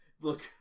look